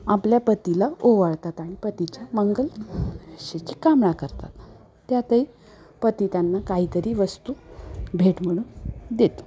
आपल्या पतीला ओवाळतात आणि पतीच्या मंगल आयुष्याची कामना करतात त्यातही पती त्यांना काहीतरी वस्तू भेट म्हणून देतो